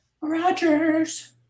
Rogers